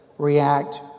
React